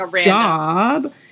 job